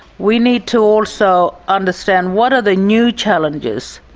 we need to also understand what are the new challenges.